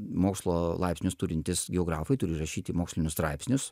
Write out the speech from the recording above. mokslo laipsnius turintys geografai turi rašyti mokslinius straipsnius